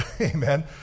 Amen